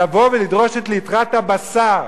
לבוא ולדרוש את ליטרת הבשר.